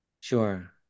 Sure